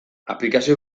aplikazio